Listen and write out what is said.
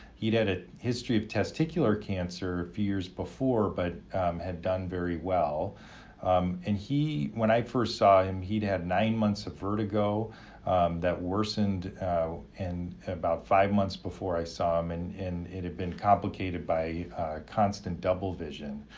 he'd had a history of testicular cancer fears before but had done very well and he, when i first saw him, he'd had nine months of vertigo that worsened in about five months before i saw him and it had been complicated by constant double vision.